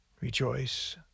rejoice